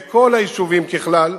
כל היישובים הלא-יהודיים, ככלל,